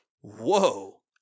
Whoa